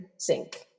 zinc